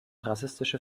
rassistische